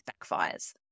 backfires